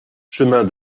chemin